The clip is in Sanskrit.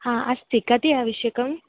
अस्ति कति आवश्यकम्